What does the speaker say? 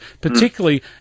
particularly